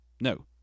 No